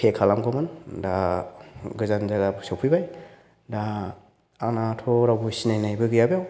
Pay खालामगौमोन दा गोजान जायगा सफैबाय दा आंनाथ' रावबो सिनायनायबो गैया बेयाव